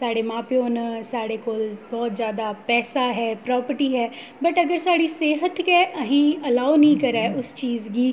साढ़े मां प्यो न साढ़े कोल बहुत जैदा पैसा ऐ प्रॉपर्टी ऐ बट अगर साढ़ी सेह्त गै असें ई अलाओ नेईं करै उस चीज गी